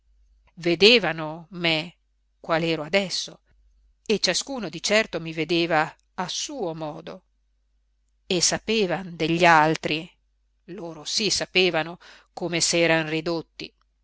vedevano me qual ero adesso e ciascuno di certo mi vedeva a suo modo e sapevan degli altri loro sì sapevano come s'eran ridotti